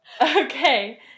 Okay